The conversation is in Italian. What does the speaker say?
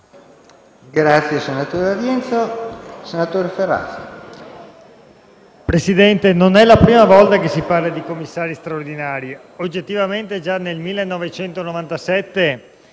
Presidente, non è la prima volta che si parla di commissari straordinari. Oggettivamente, già nel 1997